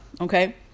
okay